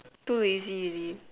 too lazy already